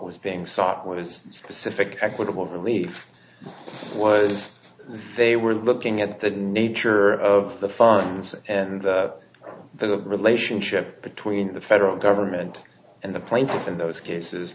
specific equitable relief was they were looking at the nature of the fund and the relationship between the federal government and the plaintiffs in those cases